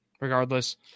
regardless